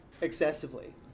excessively